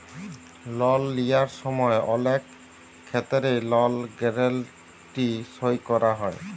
লল লিঁয়ার সময় অলেক খেত্তেরে লল গ্যারেলটি সই ক্যরা হয়